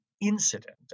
incident